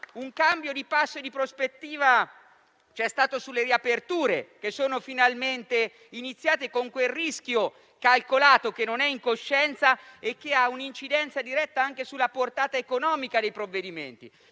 un cambio di passo e di prospettiva c'è stato sulle riaperture, che sono finalmente iniziate, con quel rischio calcolato, che non è incoscienza e che ha un'incidenza diretta anche sulla portata economica dei provvedimenti.